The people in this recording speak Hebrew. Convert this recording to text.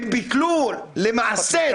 הם ביטלו למעשה,